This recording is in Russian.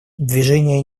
движение